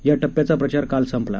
या टप्प्याचा प्रचार काल संपला